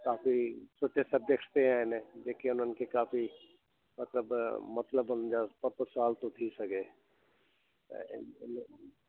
काफी सुठे सबजैक्टस ते आहिनि जेके हुननि खे काफी मतिलब मतिलब हुनजा ॿ ॿ साल थो थी सघे ऐं मतिलबु